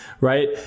right